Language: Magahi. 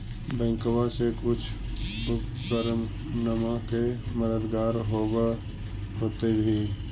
बैंकबा से कुछ उपकरणमा के मददगार होब होतै भी?